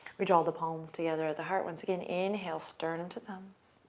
we draw the palms together at the heart. once again, inhale, sternum to thumbs.